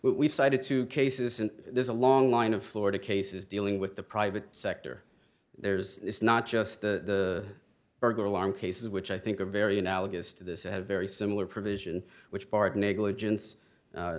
we've cited two cases and there's a long line of florida cases dealing with the private sector there's it's not just the burglar alarm cases which i think are very analogous to this have very similar provision which barred negligence